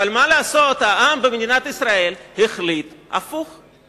אבל מה לעשות, העם במדינת ישראל החליט הפוך.